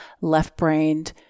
left-brained